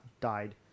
died